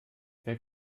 wer